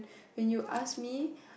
when you ask me